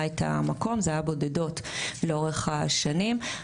את המקום זה היה בודדות לאורך השנים.